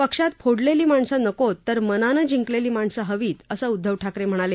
पक्षात फोडलेली माणसं नकोत तर मनानं जिंकलेली माणसं हवीत असं उद्दव ठाकरे म्हणाले